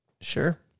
Sure